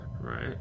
right